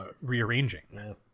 rearranging